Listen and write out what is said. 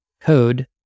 code